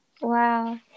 wow